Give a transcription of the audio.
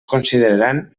consideraran